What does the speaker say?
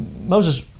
Moses